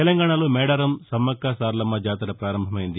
తెలంగాణలో మేదారం సమ్మక్క సారలమ్మ జాతర ప్రారంభమైంది